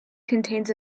contains